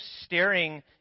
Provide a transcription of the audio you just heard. staring